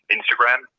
Instagram